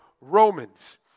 Romans